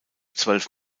zwölf